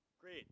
Great